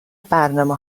برنامه